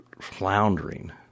floundering